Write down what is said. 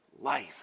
life